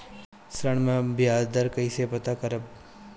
ऋण में बयाज दर कईसे पता करब?